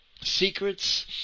Secrets